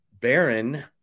Baron